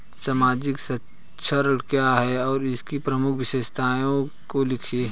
सामाजिक संरक्षण क्या है और इसकी प्रमुख विशेषताओं को लिखिए?